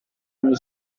ogni